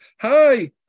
hi